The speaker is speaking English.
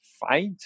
fight